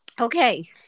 Okay